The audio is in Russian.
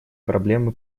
проблемы